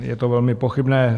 Je to velmi pochybné.